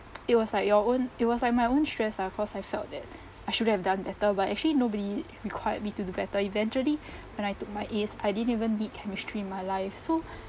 it was like your own it was like my own stress lah cause I felt that I should've done better but actually nobody required me to the better eventually when I took my As I didn't even need chemistry in my life so